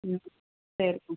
ம் சரி